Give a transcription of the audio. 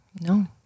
No